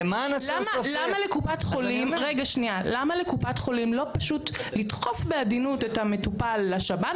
למה לקופת חולים לא פשוט לדחוף בעדינות את המטופל לשב"ן